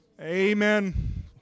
Amen